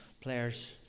players